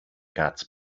catch